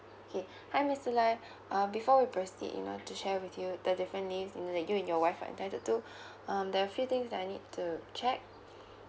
okay hi mister lai uh before we proceed you know to share with you the different leave you and your wife are entiltled to um there are few things that I need to check